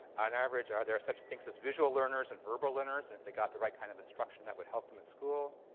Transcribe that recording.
on average, are there such things as visual learners and verbal learners, and if they got the right kind of instruction that would help them in school?